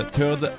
Third